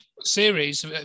series